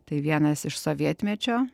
tai vienas iš sovietmečio